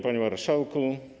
Panie Marszałku!